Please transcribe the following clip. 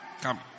come